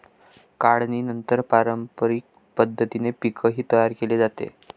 काढणीनंतर पारंपरिक पद्धतीने पीकही तयार केले जाते